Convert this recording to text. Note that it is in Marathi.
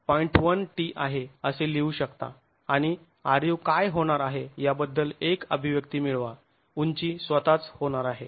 1 t आहे असे लिहू शकता आणि ru काय होणार आहे याबद्दल एक अभिव्यक्ती मिळवा उंची स्वतःच होणार आहे